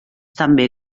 també